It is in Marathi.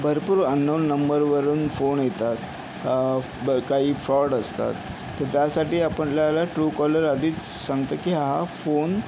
भरपूर अननोन नंबरवरून फोन येतात बर काही फ्रॉड असतात तर त्यासाठी आपल्याला ट्रूकॉलर आधीच सांगतं की हा फोन